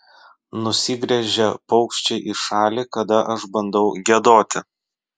nusigręžia paukščiai į šalį kada aš bandau giedoti